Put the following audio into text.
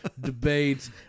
debates